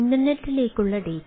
ഇൻറർനെറ്റിലേക്കുള്ള data